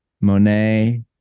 Monet